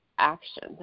action